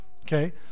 okay